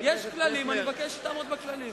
יש כללים, אני מבקש שתעמוד בכללים.